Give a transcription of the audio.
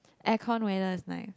aircon weather is nice